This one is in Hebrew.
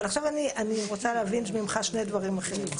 אבל עכשיו אני רוצה להבין ממך שני דברים אחרים.